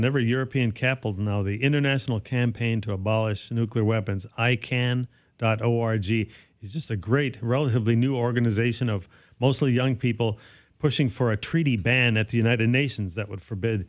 in every european capital now the international campaign to abolish nuclear weapons i can dot au argy is just a great relatively new organization of mostly young people pushing for a treaty ban at the united nations that would forbid